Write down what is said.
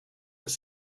this